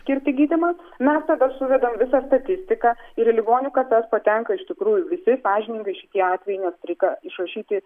skirti gydymą mes tada suvedam visą statistiką ir į ligonių kasas patenka iš tikrųjų visi sąžiningai šitie atvejai nes reika išrašyti